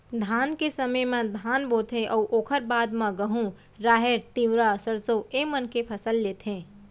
धान के समे म धान बोथें अउ ओकर बाद म गहूँ, राहेर, तिंवरा, सरसों ए मन के फसल लेथें